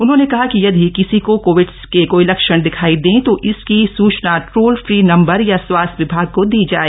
उन्होंने कहा कि यदि किसी को कोविड के कोई लक्षण दिखाई दे तो इसकी सूचना टोल फ्री नम्बर या स्वास्थ्य विभाग को दी जाय